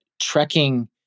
trekking